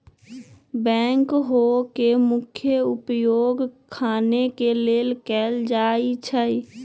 backhoe के मुख्य उपयोग खने के लेल कयल जाइ छइ